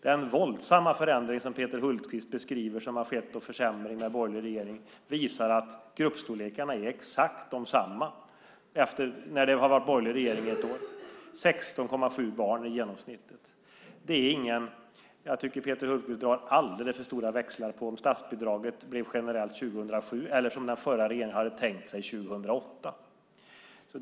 Den våldsamma förändring och försämring som Peter Hultqvist beskriver har skett med den efter ett år med den borgerliga regeringen visar att gruppstorlekarna är exakt desamma. 16,7 barn är genomsnittet. Peter Hultqvist drar alldeles för stora växlar på att statsbidraget blev generellt 2007 i stället för som den förra regeringen hade tänkt sig, 2008.